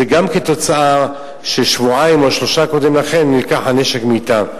זה גם כתוצאה מכך ששבועיים או שלושה קודם לכם הנשק נלקח מהם.